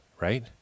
right